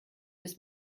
bis